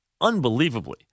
unbelievably